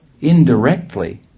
indirectly